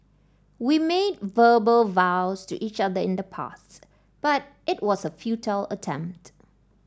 we made verbal vows to each other in the past but it was a futile attempt